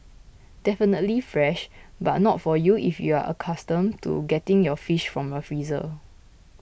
definitely fresh but not for you if you're accustomed to getting your fish from a freezer